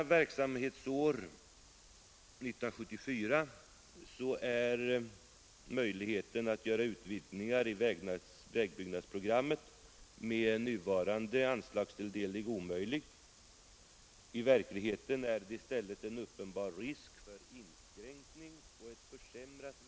Under verksamhetsåret 1974 är det med nuvarande anslagstilldelning omöjligt att göra utvidgningar av vägbyggnadsprogrammet. I verkligheten finns det en uppenbar risk för inskränkning och ett försämrat vägunderhåll med fortsatt kapitalförstöring som följd.